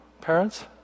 parents